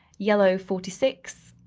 yellow forty six,